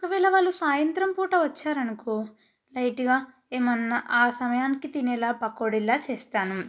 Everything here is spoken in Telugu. ఒకవేళ వాళ్ళు సాయంత్రం పూట వచ్చినారు అనుకో లైట్గా ఏమన్నా ఆ సమయానికి తినేలా పకోడిలాగా చేస్తాను